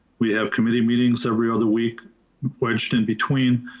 we have committee meetings every other week wedged in between.